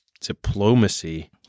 diplomacy